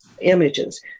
images